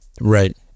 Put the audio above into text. Right